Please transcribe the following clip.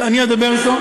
אני אדבר אתו.